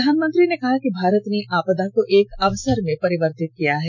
प्रधानमंत्री ने कहा कि भारत ने आपदा को एक अवसर में परिवर्तित किया है